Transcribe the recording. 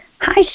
Hi